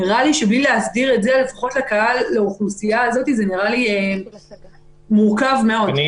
נראה לי שזה דבר מורכב מאוד וצריך להסדיר אותו.